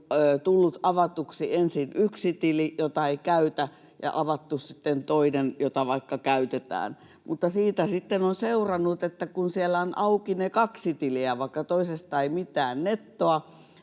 tullut avatuksi ensin yksi tili, jota ei käytä, ja sitten toinen, jota käytetään, mutta siitä sitten on seurannut, että kun siellä on auki ne kaksi tiliä, niin vaikka toisesta ei mitään nettoa